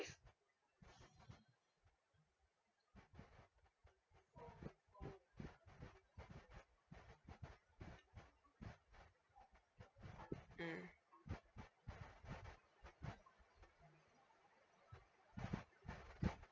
mm